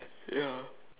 ya